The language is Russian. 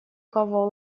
кого